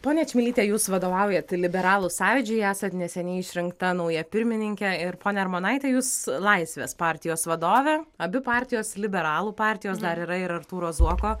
ponia čmilyte jūs vadovaujat liberalų sąjūdžiui esat neseniai išrinkta nauja pirmininkė ir ponia armonaite jūs laisvės partijos vadovė abi partijos liberalų partijos dar yra ir artūro zuoko